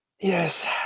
Yes